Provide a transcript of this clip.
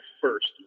first